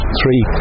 three